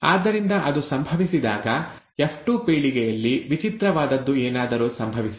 ಆದ್ದರಿಂದ ಅದು ಸಂಭವಿಸಿದಾಗ ಎಫ್2 ಪೀಳಿಗೆಯಲ್ಲಿ ವಿಚಿತ್ರವಾದದ್ದು ಏನಾದರೂ ಸಂಭವಿಸಿದೆ